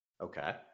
okay